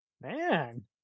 man